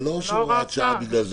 זה לא הוראת שעה בגלל זה,